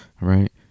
right